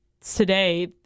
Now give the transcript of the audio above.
today